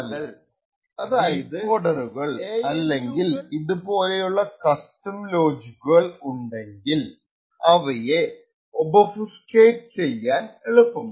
അതായത് എഎൽയു കൾ എഫ്പിയു കൾ ഡികോഡറുകൾ അല്ലെങ്കിൽ ഇതുപോലെയുള്ള കസ്റ്റo ലോജിക്കുകൾ ഉണ്ടെങ്കിൽ അവയെ ഒബഫുസ്കെറ്റ് ചെയ്യാൻ എളുപ്പമല്ല